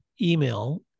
email